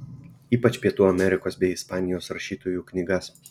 ypač pietų amerikos bei ispanijos rašytojų knygas